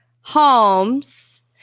homes